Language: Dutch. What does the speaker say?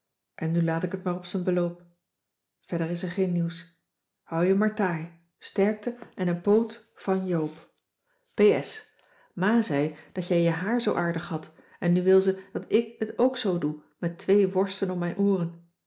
en nu laat ik t maar op zijn beloop verder is er geen nieuws hou je maar taai sterkte en een poot van joop cissy van marxveldt de h b s tijd van joop ter heul p s ma zei dat jij je haar zoo aardig hadt en nu wil ze dat ik het ook zoo doe met twee worsten om mijn ooren